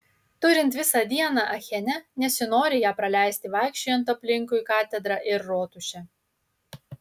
turint visą dieną achene nesinori ją praleisti vaikščiojant aplinkui katedrą ir rotušę